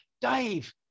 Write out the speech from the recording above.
Dave